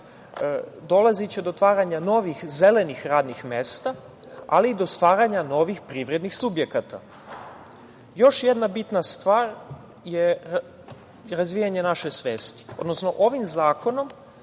dolaziće do otvaranja novih, zelenih radnih mesta, ali i do stvaranja novih privrednih subjekata. Još jedna bitna stvar je razvijanje naše svesti, odnosno ovim zakonom,